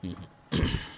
ம்